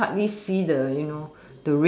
you can't hardly see the you know